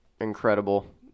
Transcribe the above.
incredible